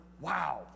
wow